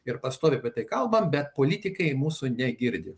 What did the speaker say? ir pastovi pati kalba bet politikai mūsų negirdi